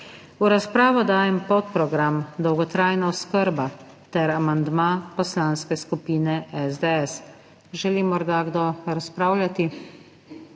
V razpravo dajem podprogram Dolgotrajna oskrba ter amandma Poslanske skupine SDS. Želi morda kdo razpravljati?